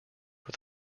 with